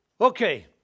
Okay